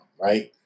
right